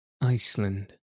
Iceland